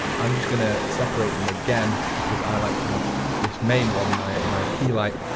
i'm just going to separate them again because i like to have this main one, my my key light,